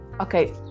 Okay